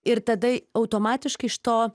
ir tada automatiškai iš to